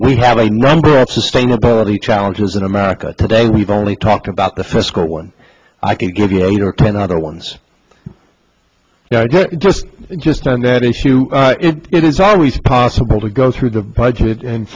we have a number of sustainability challenges in america today we've only talked about the fiscal one i can give you your ten other ones just just on that issue it is always possible to go through the budget and